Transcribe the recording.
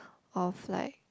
of like